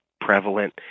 Prevalent